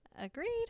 Agreed